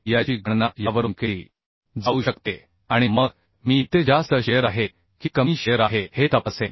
याची गणना यावरून केली जाऊ शकते आणि मग मी ते जास्त शिअर आहे की कमी शिअर आहे हे तपासेन